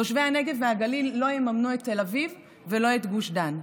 תושבי הנגב והגליל לא יממנו את תל אביב ולא את גוש דן.